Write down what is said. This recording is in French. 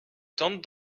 tante